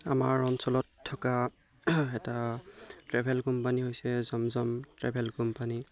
আমাৰ অঞ্চলত থকা এটা ট্ৰেভেল কোম্পানী হৈছে জন জম ট্ৰেভেল কোম্পানী